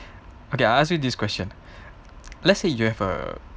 okay I ask you this question let's say you have a